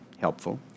helpful